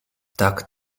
tak